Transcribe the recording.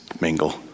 mingle